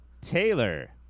Taylor